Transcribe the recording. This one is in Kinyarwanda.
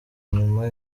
nyuma